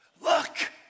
look